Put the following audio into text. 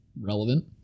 relevant